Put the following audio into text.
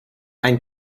ein